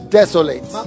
desolate